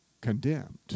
condemned